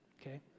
okay